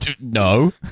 no